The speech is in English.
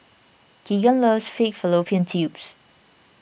Kegan loves Pig Fallopian Tubes